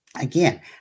Again